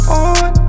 on